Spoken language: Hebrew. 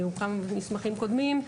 היו כמה מסמכים קודמים.